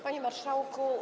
Panie Marszałku!